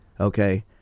Okay